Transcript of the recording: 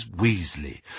Weasley